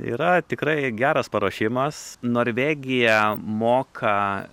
yra tikrai geras paruošimas norvegija moka